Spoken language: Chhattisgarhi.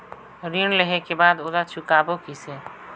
ऋण लेहें के बाद ओला चुकाबो किसे?